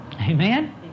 Amen